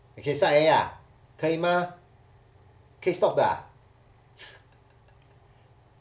can stop already ah 可以吗可以 stop 的 ah